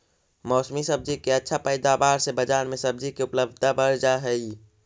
मौसमी सब्जि के अच्छा पैदावार से बजार में सब्जि के उपलब्धता बढ़ जा हई